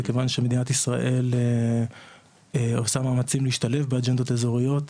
וכיוון שמדינת ישראל עושה מאמצים להשתלב באג'נדות האזוריות.